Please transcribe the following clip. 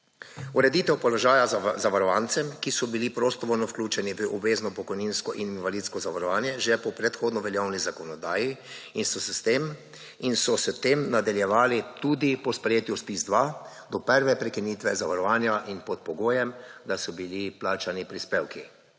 Ureditev položaja zavarovancem, ki so bili prostovoljno vključeni v obvezno pokojninsko in invalidsko zavarovanje že po predhodni veljavni zakonodaji in so s tem nadaljevali tudi po sprejetju ZPIZ-2 do prve prekinitve zavarovanja in pod pogojem, da so bili plačani prispevki.